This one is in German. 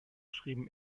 schrieben